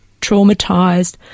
traumatized